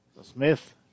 Smith